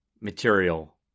material